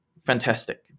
fantastic